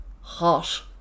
hot